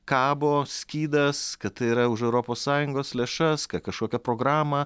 kabo skydas kad tai yra už europos sąjungos lėšas kažkokią programą